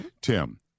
tim